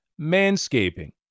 Manscaping